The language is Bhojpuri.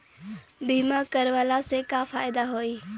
बीमा करवला से का फायदा होयी?